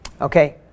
Okay